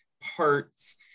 parts